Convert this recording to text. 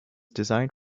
designed